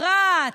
רהט,